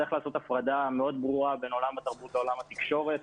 צריך לעשות הפרדה מאוד ברורה בין עולם התרבות לעולם התקשורת.